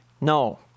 No